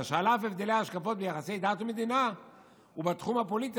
שעל אף הבדלי ההשקפות ביחסי דת ומדינה ובתחום הפוליטי,